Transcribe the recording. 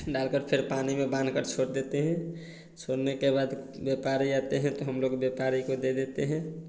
डालकर फ़िर पानी में बान्हकर छोड़ देते हैं छोन्ने के बाद व्यापारी आते हैं तो हम लोग व्यापारी को दे देते हैं